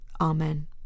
Amen